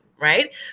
Right